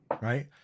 right